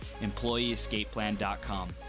EmployeeEscapePlan.com